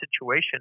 situation